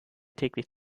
täglich